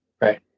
Right